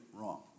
wrong